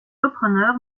repreneur